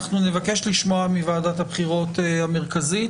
אנחנו נבקש לשמוע מוועדת הבחירות המרכזית